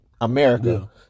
America